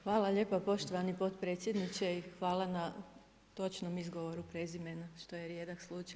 Hvala lijepo poštovani potpredsjedniče i hvala na točnom izgovoru prezimena što je rijedak slučaj.